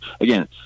Again